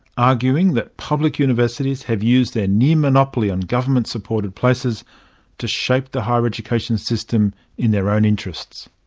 arguing that public universities have used their near-monopoly on government supported places to shape the higher education system in their own interests.